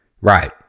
Right